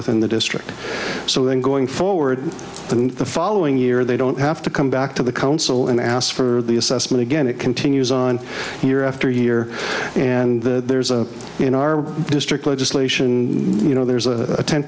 within the district so when going forward and the following year they don't have to come back to the council and ask for the assessment again it continues on year after year and there's a in our district legislation you know there's a ten